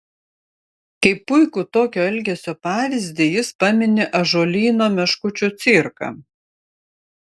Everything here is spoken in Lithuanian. kaip puikų tokio elgesio pavyzdį jis pamini ąžuolyno meškučių cirką